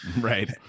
Right